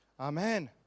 amen